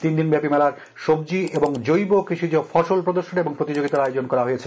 তিনদিনব্যাপী মেলায় সবজি জৈব কৃষিজ ফসল প্রদর্শনী ও প্রতিযোগিতার আয়োজন করা হয়েছে